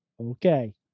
Okay